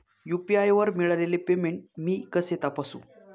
UPI वर मिळालेले payment मी कसे तपासू?